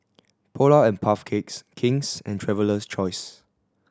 Polar and Puff Cakes King's and Traveler's Choice